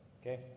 Okay